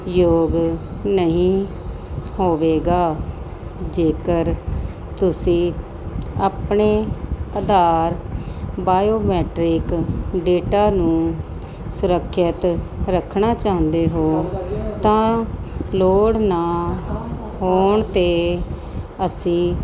ਯੋਗ ਨਹੀਂ ਹੋਵੇਗਾ ਜੇਕਰ ਤੁਸੀਂ ਆਪਣੇ ਆਧਾਰ ਬਾਇਓਮੈਟਰਿਕ ਡੇਟਾ ਨੂੰ ਸੁਰੱਖਿਅਤ ਰੱਖਣਾ ਚਾਹੁੰਦੇ ਹੋ ਤਾਂ ਲੋੜ ਨਾ ਹੋਣ 'ਤੇ ਅਸੀਂ